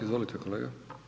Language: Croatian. Izvolite kolega.